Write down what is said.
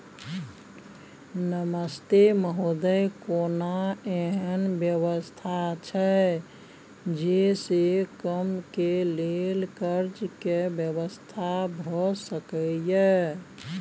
नमस्ते महोदय, कोनो एहन व्यवस्था छै जे से कम के लेल कर्ज के व्यवस्था भ सके ये?